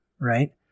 right